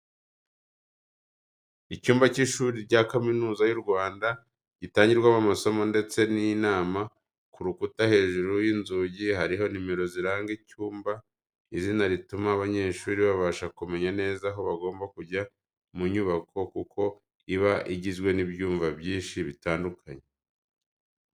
Icyumba cy’ishuri rya kaminuza y’u Rwanda gitangirwamo amasomo, ndetse n'inama, ku rukuta hejuru y’inzugi hariho nomero ziranga icyo cyumba. Izina rituma abanyeshuri babasha kumenya neza aho bagomba kujya mu nyubako kuko iba igizwe n’ibyumba byinshi bitandukanye.